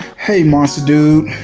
hey monster dude,